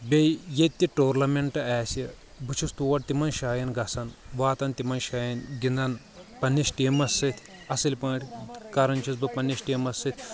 بییٚہِ یتہِ تہِ ٹورنامینٹ آسہِ بہٕ چھُس تور تمن جاین گژھان واتان تمن جاین گنٛدان پننِس ٹیٖمس سۭتۍ اصٕل پٲٹھۍ کران چھُس بہٕ پننِس ٹیٖمس سۭتۍ